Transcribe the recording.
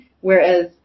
whereas